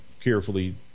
carefully